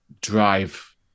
drive